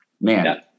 man